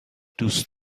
دوست